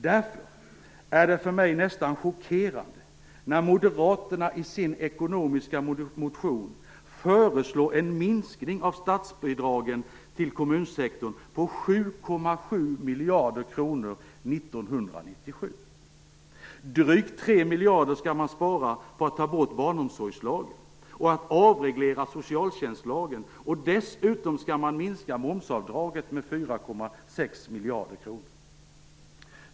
Därför är det för mig nästan chockerande när Moderaterna i sin ekonomiska motion föreslår en minskning av statsbidragen till kommunsektorn på 7,7 miljarder kronor 1997. Drygt 3 miljarder skall man spara på att ta bort barnomsorgslagen och avreglera socialtjänsten. Dessutom skall man minska momsavdraget med 4,6 miljarder kronor.